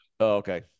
okay